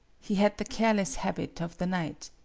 he had the careless habit of the night.